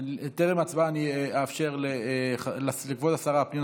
טרם ההצבעה אני אאפשר לכבוד השרה פנינה